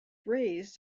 raised